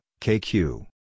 KQ